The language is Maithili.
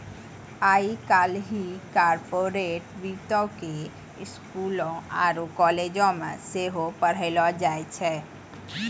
आइ काल्हि कार्पोरेट वित्तो के स्कूलो आरु कालेजो मे सेहो पढ़ैलो जाय छै